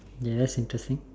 ya that's interesting